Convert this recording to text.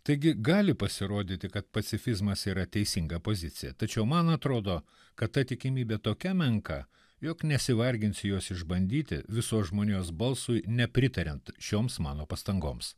taigi gali pasirodyti kad pacifizmas yra teisinga pozicija tačiau man atrodo kad ta tikimybė tokia menka jog nesivarginsiu jos išbandyti visos žmonijos balsui nepritariant šioms mano pastangoms